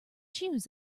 chose